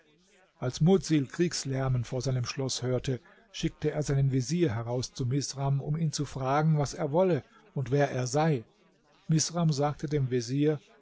als mudsil kriegslärmen vor seinem schloß hörte schickte er seinen vezier heraus zu misram um ihn zu fragen was er wolle und wer er sei misram sagte dem vezier